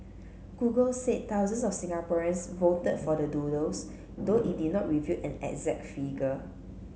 google said thousands of Singaporeans voted for the doodles though it did not reveal an exact figure